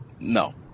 No